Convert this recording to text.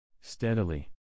Steadily